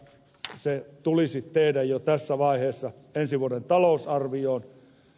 se tulisi tehdä jo tässä vaiheessa ensi vuoden talousarvioon